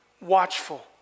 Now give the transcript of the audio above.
watchful